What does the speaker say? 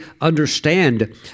understand